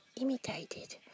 imitated